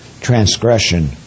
transgression